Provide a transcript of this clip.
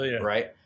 right